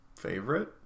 favorite